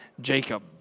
Jacob